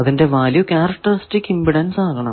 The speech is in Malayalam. അതിന്റെ വാല്യൂ ക്യാരക്ടറിസ്റ്റിക് ഇമ്പിഡൻസ് ആകണം